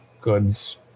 goods